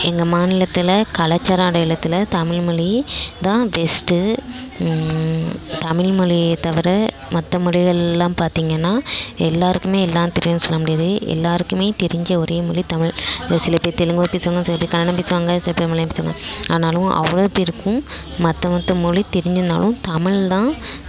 எங்கள் மாநிலத்தில் கலாச்சாரம் அடையாளத்தில் தமிழ் மொழி தான் பெஸ்ட்டு தமிழ் மொழியை தவிர மற்ற மொழிகளெலாம் பார்த்தீங்கன்னா எல்லாேருக்குமே எல்லாம் தெரியும்ன்னு சொல்ல முடியாது எல்லாேருக்குமே தெரிஞ்ச ஒரே மொழி தமிழ் சில பேர் தெலுங்கும் பேசுவாங்க சில பேர் கன்னடம் பேசுவாங்க சில பேர் மலையாளம் பேசுவாங்க ஆனாலும் அவ்வளோ பேருக்கும் மற்ற மற்ற மொழி தெரிஞ்சிருந்தாலும் தமிழ்தான்